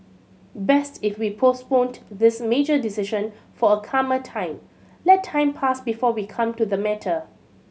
best if we postponed this major decision for a calmer time let time pass before we come to the matter